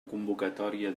convocatòria